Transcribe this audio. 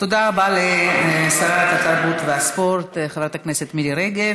תודה רבה לשרת התרבות והספורט חברת הכנסת מירי רגב.